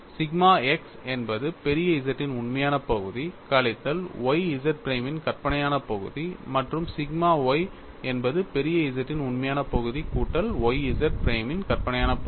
sigma x என்பது பெரிய Z ன் உண்மையான பகுதி கழித்தல் y Z பிரைமின் கற்பனையான பகுதி மற்றும் சிக்மா y என்பது பெரிய Z ன் உண்மையான பகுதி கூட்டல் y Z பிரைமின் கற்பனையான பகுதி